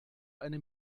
eine